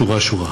שורה-שורה.